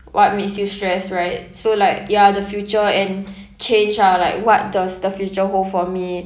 what makes you stressed right so like ya the future and change ah like what does the future hold for me